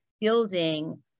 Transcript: building